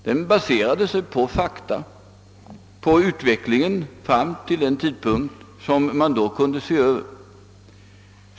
Den baserade sig på fakta, nämligen på utvecklingen till den tidpunkt som man då kunde blicka fram till.